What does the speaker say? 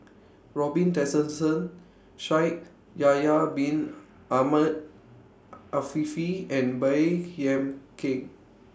Robin Tessensohn Shaikh Yahya Bin Ahmed Afifi and Baey Yam Keng